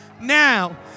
now